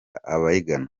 abayigana